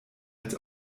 als